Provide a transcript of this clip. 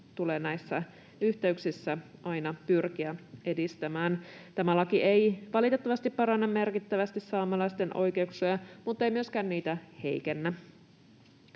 tulee näissä yhteyksissä aina pyrkiä edistämään. Tämä laki ei valitettavasti paranna merkittävästi saamelaisten oikeuksia, muttei myöskään niitä heikennä.